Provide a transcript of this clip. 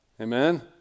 Amen